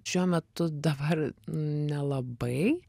šiuo metu dabar nelabai